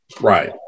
Right